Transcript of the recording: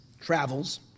travels